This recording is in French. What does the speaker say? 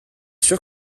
sûr